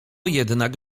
jednak